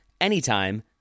anytime